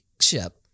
ship